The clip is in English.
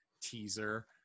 teaser